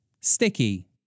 Sticky